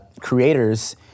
creators